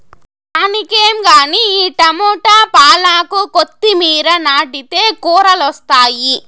దానికేం గానీ ఈ టమోట, పాలాకు, కొత్తిమీర నాటితే కూరలొస్తాయి